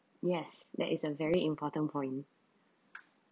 yes that is a very important point